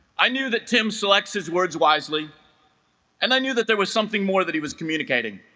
i knew that tim selects his words wisely and i knew that there was something more that he was communicating